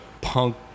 punk –